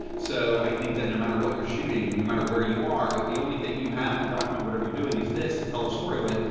so, i think that no matter what you're shooting, no matter where you are, if the only thing you have to document whatever you're doing is this to tell a story with,